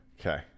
Okay